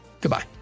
Goodbye